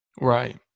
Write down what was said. Right